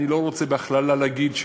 אני לא רוצה בהכללה להגיד,